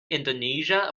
indonesia